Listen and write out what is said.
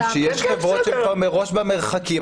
כי יש חברות שכבר מראש במרחקים.